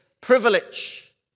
privilege